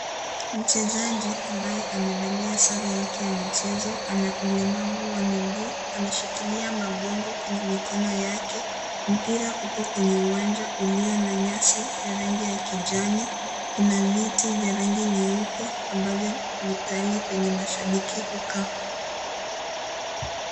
Mchezaji ambaye amevalia sare yake ya michezo ana ulemavu wa miguu. Ameshikilia magongo kwenye mikono yake. Mpira uko kwenye uwanja ulio na nyasi ya rangi ya kijani. Kuna viti vya rangi nyeupe ambapo ni pahali penye mashabiki hukaa.